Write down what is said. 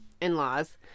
in-laws